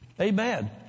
amen